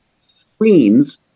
screens